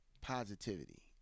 positivity